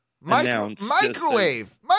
Microwave